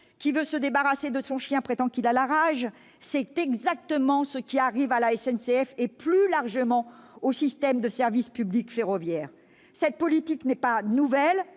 qui veut noyer son chien l'accuse de la rage ; c'est exactement ce qui arrive à la SNCF et, plus largement, au système de service public ferroviaire. Cette politique n'est pas nouvelle.